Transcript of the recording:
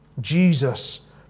Jesus